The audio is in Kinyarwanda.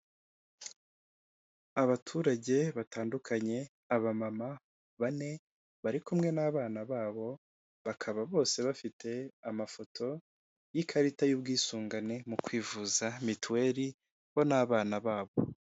Abaturage batandukanye abamama bane bari kumwe n'abana babo bakaba bose bafite amafoto y'ikarita y'ubwisungane mu kwivuza mituweli bo n'abana babo.